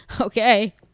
Okay